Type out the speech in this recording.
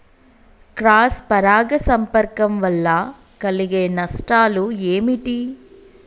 Cross పరాగ సంపర్కం వల్ల కలిగే నష్టాలు ఏమిటి?